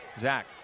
zach